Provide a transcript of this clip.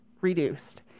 reduced